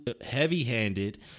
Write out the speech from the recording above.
heavy-handed